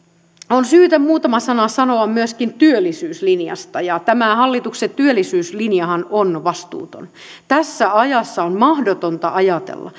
on syytä muutama sana sanoa myöskin työllisyyslinjasta tämä hallituksen työllisyyslinjahan on vastuuton tässä ajassa on mahdotonta ajatella